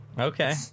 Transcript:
Okay